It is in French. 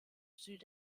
sud